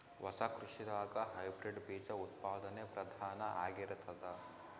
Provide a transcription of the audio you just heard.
ಹೊಸ ಕೃಷಿದಾಗ ಹೈಬ್ರಿಡ್ ಬೀಜ ಉತ್ಪಾದನೆ ಪ್ರಧಾನ ಆಗಿರತದ